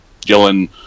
Gillen